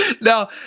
No